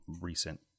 recent